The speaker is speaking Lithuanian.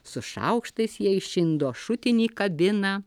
su šaukštais jie iš indo šutinį kabina